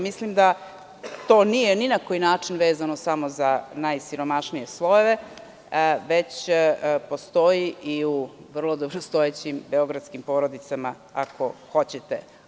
Mislim da to nije ni na koji način vezano samo za najsiromašnije slojeve, već postoji i u vrlo dobrostojećim beogradskim porodicama, ako hoćete.